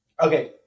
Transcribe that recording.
Okay